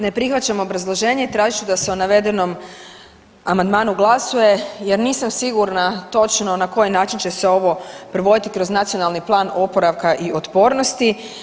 Ne prihvaćam obrazloženje i tražit ću da se o navedenom amandmanu glasuje jer nisam sigurna točno na koji način će se ovo provoditi kroz Nacionalni plan oporavka i otpornosti.